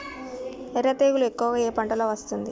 ఎర్ర తెగులు ఎక్కువగా ఏ పంటలో వస్తుంది?